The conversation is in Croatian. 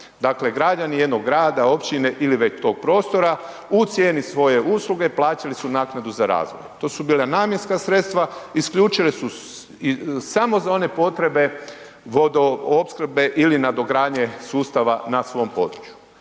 Dakle građani jednog grada, općine ili već tog prostora u cijeni svoje usluge plaćali su naknadu za razvoj. To su bila namjenska sredstva isključivo za one potrebe vodoopskrbe ili nadogradnje sustava na svom području.